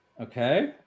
Okay